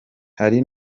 hari